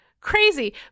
crazy